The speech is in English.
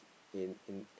in in